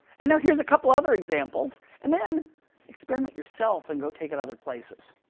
and now here's a couple other examples, and then experiment yourself and go take it other places.